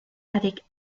avec